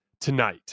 tonight